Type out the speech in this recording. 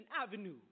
Avenue